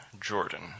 Jordan